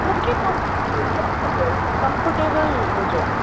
मूंखे कंफ़र्टेबल साड़ी खपे कंफ़र्टेबल हुजो